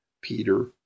Peter